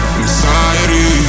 Anxiety